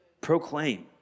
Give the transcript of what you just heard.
Proclaim